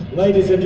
ladies